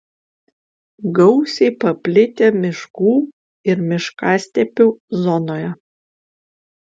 gausiai paplitę miškų ir miškastepių zonoje